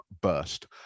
burst